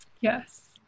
Yes